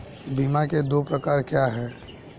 बीमा के दो प्रकार क्या हैं?